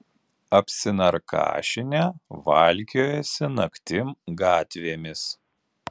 apsinarkašinę valkiojasi naktim gatvėmis